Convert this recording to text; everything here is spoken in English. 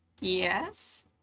Yes